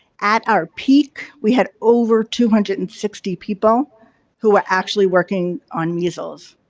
at our peak we had over two hundred and sixty people who were actually working on measles.